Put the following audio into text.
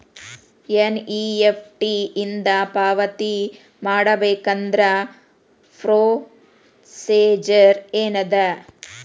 NEFT ಇಂದ ಪಾವತಿ ಮಾಡಬೇಕಂದ್ರ ಪ್ರೊಸೇಜರ್ ಏನದ